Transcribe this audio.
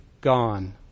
gone